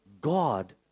God